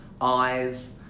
eyes